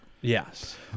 Yes